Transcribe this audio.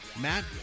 Matt